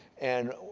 and,